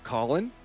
Colin